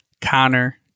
Connor